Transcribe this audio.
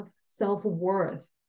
self-worth